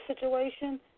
situation